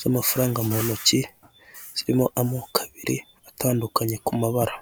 z'amafaranga mu ntoki zirimo amoko abiri atandukanye ku mabara.